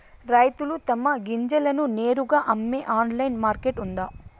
రైతులు తమ గింజలను నేరుగా అమ్మే ఆన్లైన్ మార్కెట్ ఉందా?